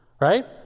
right